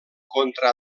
contra